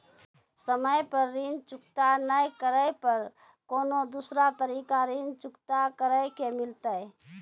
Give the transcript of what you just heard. समय पर ऋण चुकता नै करे पर कोनो दूसरा तरीका ऋण चुकता करे के मिलतै?